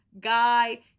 guy